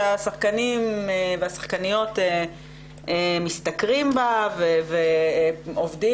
שהשחקנים והשחקניות משתכרים בה ועובדים